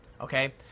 okay